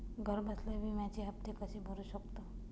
घरबसल्या विम्याचे हफ्ते कसे भरू शकतो?